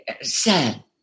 sad